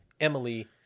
Emily